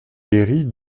guérie